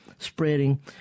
Spreading